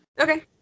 Okay